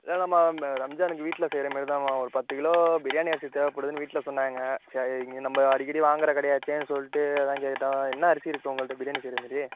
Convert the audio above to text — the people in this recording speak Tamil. அதான் நம்ம நம்ம ரம்ஜானுக்கு வீட்டில் செய்யுற மாரி தாம்மா ஒரு பத்து கிலோ பிரியாணி அரிசி தேவைப்படுதுன்னு வீட்டில் சொன்னாங்க சரி இங்கே நம்ம அடிக்கடி வாங்குகிற கடையாச்சேனு சொல்லிட்டு அதான் கேட்டோம் என்ன அரிசி இருக்கு உங்கள்ட்ட பிரியாணி செய்யுற மாரி